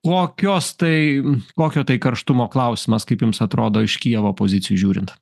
kokios tai kokio tai karštumo klausimas kaip jums atrodo iš kijevo pozicijų žiūrint